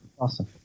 awesome